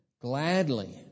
gladly